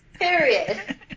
Period